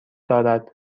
دارد